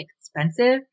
expensive